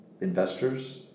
investors